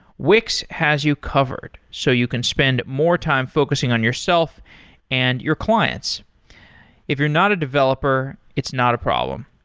wix has you covered, so you can spend more time focusing on yourself and your clients if you're not a developer, it's not a problem.